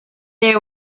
there